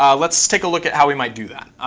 um let's take look at how we might do that.